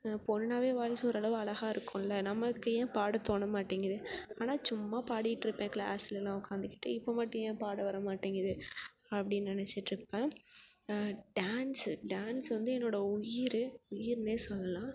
பெண்ணாவே voice ஓரளவு அழகா இருக்குமில்ல நம்மளுக்கு ஏன் பாட தோணமாட்டிங்கிறது ஆனால் சும்மா பாடிட்டிருப்பேன் கிளாஸ்லலாம் உட்காந்துக்கிட்டே இப்போ மட்டும் ஏன் பாட வரமாட்டிங்கிறது அப்படின்னு நினச்சிட்டுருப்பேன் டான்ஸு டான்ஸ் வந்து என்னோடய உயிர் உயிருனே சொல்லலாம்